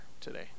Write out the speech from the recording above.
today